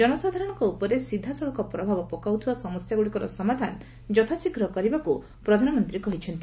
ଜନସାଧାରଣଙ୍କ ଉପରେ ସିଧାସଳଖ ପ୍ରଭାବ ପକାଉଥିବା ସମସ୍ୟାଗୁଡ଼ିକର ସମାଧାନ ଯଥାଶୀଘ୍ର କରିବାକୁ ପ୍ରଧାନମନ୍ତ୍ରୀ କହିଛନ୍ତି